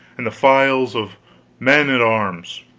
and the files of men-at-arms.